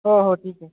हो हो ठीक आहे